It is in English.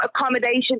accommodation